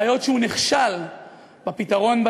בעיות שהוא נכשל בפתרונן,